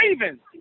Ravens